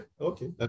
Okay